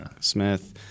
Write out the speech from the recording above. Smith